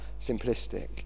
simplistic